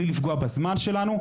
בלי לפגוע בזמן שלנו,